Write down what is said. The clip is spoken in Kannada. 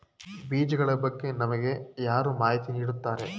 ಬೀಜಗಳ ಬಗ್ಗೆ ನಮಗೆ ಯಾರು ಮಾಹಿತಿ ನೀಡುತ್ತಾರೆ?